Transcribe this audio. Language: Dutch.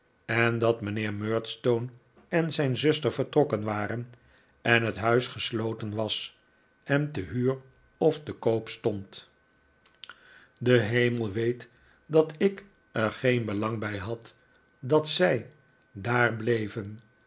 en dat mijnheer murdstone en zijn zuster vertrokken waren en het huis gesloten was en te huur of te koop stond de hemel weet dat ik er geen belang bij had dat zij daar bleven